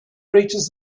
reaches